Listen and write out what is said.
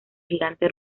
gigante